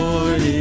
Lord